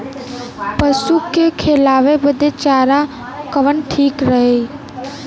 पशु के खिलावे बदे चारा कवन ठीक रही?